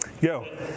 Go